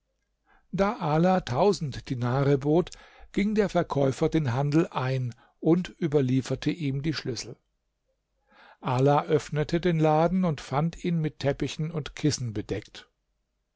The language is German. da ala tausend dinare bot ging der verkäufer den handel ein und überlieferte ihm die schlüssel ala öffnete den laden und fand ihn mit teppichen und kissen bedeckt